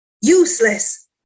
useless